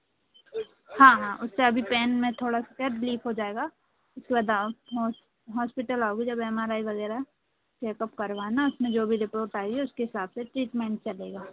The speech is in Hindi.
हाँ हाँ उस पर अभी पैन में थोरा सा रिलिफ़ हो जाएगा उसके बाद हौस हॉस्पिटाल आओगी जब एम आर आइ वगैरह चेक अप करवाना उसमें जो भी रिपोर्ट आएगी उसके हिसाब से ट्रीट्मेन्ट चलेगा